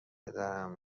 پدرم